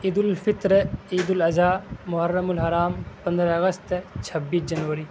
عید الفطر عید الاضحیٰ محرم الحرام پندرہ اگست چھبیس جنوری